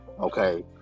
okay